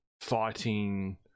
fighting